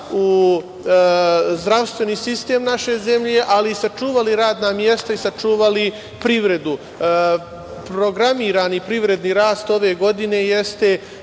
u zdravstveni sistem naše zemlje, ali i sačuvali radna mesta i sačuvali privredu. Programirani privredni rast ove godine jeste